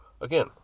again